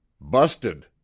Busted